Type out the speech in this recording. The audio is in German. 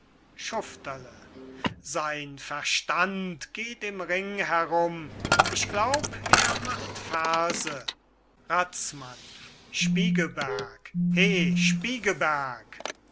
schufterle sein verstand geht im ring herum ich glaub er macht verse razmann spiegelberg he spiegelberg